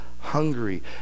hungry